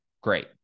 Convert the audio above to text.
Great